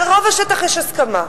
על רוב השטח יש הסכמה,